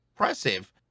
impressive